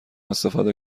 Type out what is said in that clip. استفاده